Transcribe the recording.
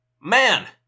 Man